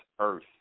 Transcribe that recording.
earth